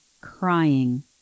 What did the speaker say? crying